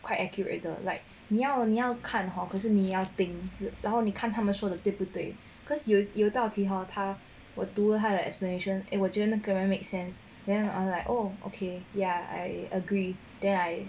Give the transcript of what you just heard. quite accurate 的 like 你要你要看 hor 你要定然后你看他们说的对不对 cause 有有到题 hor 他我读了他的 explanation 我觉得 make sense then I'm like oh okay ya I agree then I